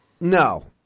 No